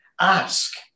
ask